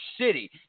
City